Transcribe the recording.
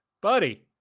buddy